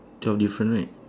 twelve different right